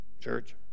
Church